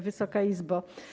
Wysoka Izbo!